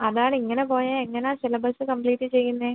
അതാണ് ഇങ്ങനെ പോയാൽ എങ്ങനെയാണ് സിലബസ്സ് കമ്പ്ലീറ്റ് ചെയ്യുന്നത്